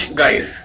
guys